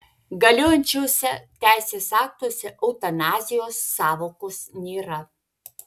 galiojančiuose teisės aktuose eutanazijos sąvokos nėra